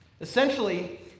Essentially